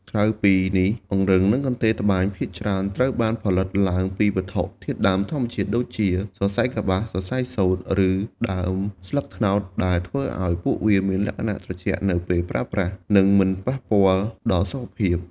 ក្រៅពីនេះ អង្រឹងនិងកន្ទេលត្បាញភាគច្រើនត្រូវបានផលិតឡើងពីវត្ថុធាតុដើមធម្មជាតិដូចជា សរសៃកប្បាស សរសៃសូត្រ ឬដើមស្លឹកត្នោត ដែលធ្វើឱ្យពួកវាមានលក្ខណៈត្រជាក់នៅពេលប្រើប្រាស់ និងមិនប៉ះពាល់ដល់សុខភាព។